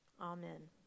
amen